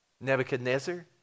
Nebuchadnezzar